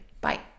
Bye